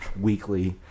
weekly